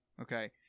Okay